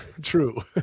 true